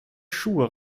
schuhe